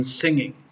singing